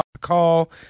call